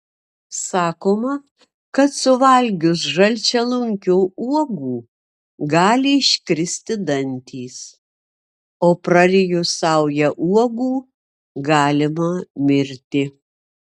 sakoma kad suvalgius žalčialunkio uogų gali iškristi dantys o prarijus saują uogų galima mirti